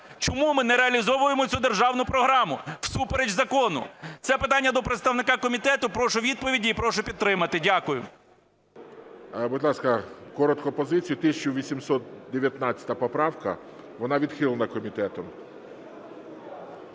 Чому ми не реалізовуємо цю державну програму всупереч закону? Це питання до представника комітету. Прошу відповіді і прошу підтримати. Дякую. ГОЛОВУЮЧИЙ. Будь ласка, коротко позицію. 1819 поправка, вона відхилена комітетом.